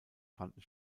fanden